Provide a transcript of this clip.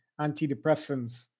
antidepressants